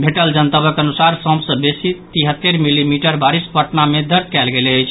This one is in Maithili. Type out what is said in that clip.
भेटल जनतबक अनुसार सभ सँ बेसी तिहत्तरि मिलीमीटर बारिश पटना मे दर्ज कयल गेल अछि